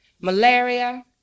Malaria